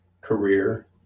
career